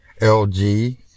LG